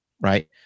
Right